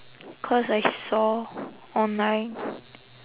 cause I saw online